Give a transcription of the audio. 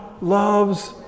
loves